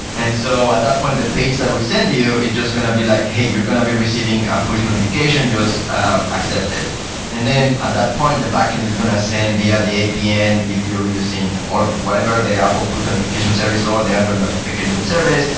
and so at that point, the page that we send you, it's just going to be like, hey, you're going to be receiving a push notification. just accept it. and then at that point, the backend is going to send via the apn if you're using or whatever the apple push notification service or the android notification service.